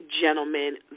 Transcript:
gentlemen